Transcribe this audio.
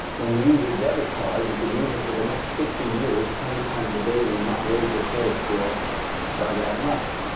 when you use your debit card, you could use it for the next fifty years twenty times a day, you will not raise your credit score by that much.